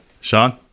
Sean